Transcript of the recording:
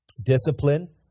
Discipline